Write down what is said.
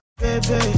baby